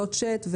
לא צ'ט,